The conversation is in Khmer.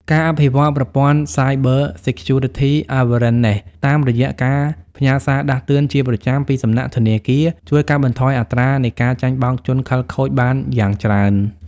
ការអភិវឌ្ឍប្រព័ន្ធ Cyber Security Awareness តាមរយៈការផ្ញើសារដាស់តឿនជាប្រចាំពីសំណាក់ធនាគារ ជួយកាត់បន្ថយអត្រានៃការចាញ់បោកជនខិលខូចបានយ៉ាងច្រើន។